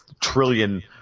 trillion